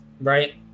right